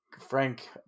Frank